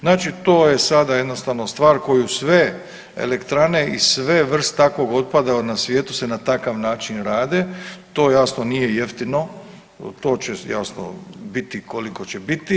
Znači to je sada jednostavna stvar koju sve elektrane i sve vrste takvog otpada na svijetu se na takav način rade, to jasno nije jeftino, to će biti koliko će biti.